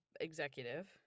executive